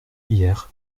hier